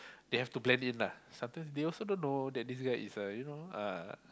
they have to blend in lah sometimes they also don't know that this guy is a you know uh